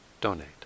donate